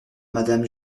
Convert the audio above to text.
madame